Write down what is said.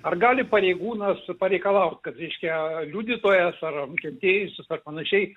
ar gali pareigūnas pareikalaut kad reiškia liudytojas ar nukentėjusis ar panašiai